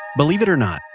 believe it or not,